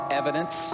evidence